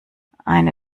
eine